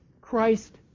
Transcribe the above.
Christ